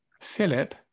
Philip